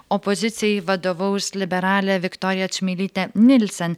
opozicijai vadovaus liberalė viktorija čmilytė nilsen